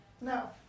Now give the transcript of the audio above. No